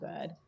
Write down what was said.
good